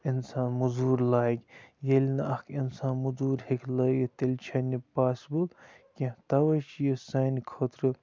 اِنسان مٔزوٗر لاگہِ ییٚلہِ نہٕ اَکھ اِنسان مٔزوٗر ہیٚکہِ لٲگِتھ تیٚلہِ چھَنہٕ یہِ پاسِبٕل کیٚنٛہہ تَوَے چھِ یہِ سانہِ خٲطرٕ